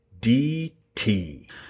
DT